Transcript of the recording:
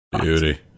Beauty